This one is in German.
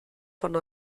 von